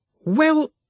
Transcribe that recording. Well